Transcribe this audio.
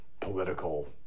political